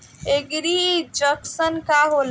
एगरी junction का होला?